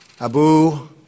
Abu